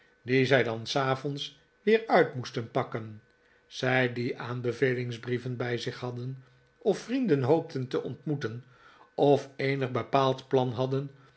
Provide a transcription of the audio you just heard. die zij dan s avonds weer uit moesten pakken zij die aanbevelingsbrieven bij zich hadden of vrienden hoopten te ontmoeten of eenig bepaald plan hadden